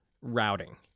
routing